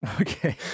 Okay